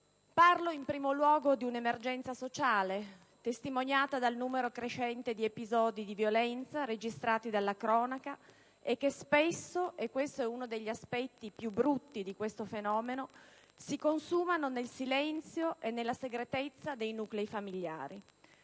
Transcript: Parlo, in primo luogo, di un'emergenza sociale, testimoniata dal numero crescente di episodi di violenza registrati dalla cronaca e che spesso - e questo è uno degli aspetti più brutti del fenomeno - si consumano nel silenzio e nella segretezza dei nuclei familiari.